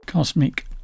cosmic